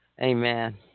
Amen